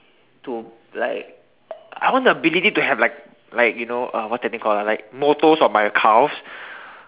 to like I want the ability to have like like you know uh what is that thing called like ah like motor of my cars